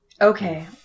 Okay